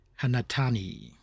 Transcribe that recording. Hanatani